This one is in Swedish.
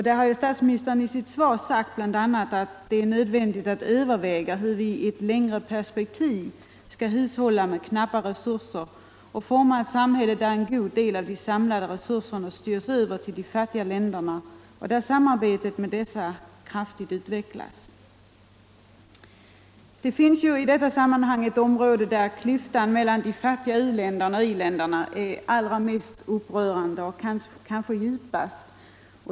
Där har statsministern i sitt svar bl.a. sagt: ”Det är också nödvändigt att överväga hur vi i ett längre perspektiv skall hushålla med knappa resurser och forma ett samhälle där en god del av de samlade resurserna styrs över till de fattiga länderna och där samarbetet med dessa kraftigt utvecklas.” Det finns ett område där klyftan mellan de fattiga u-länderna och de rika i-länderna är särskilt upprörande och djup.